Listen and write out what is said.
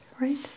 right